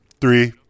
three